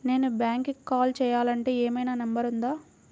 నేను బ్యాంక్కి కాల్ చేయాలంటే ఏమయినా నంబర్ ఉందా?